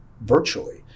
virtually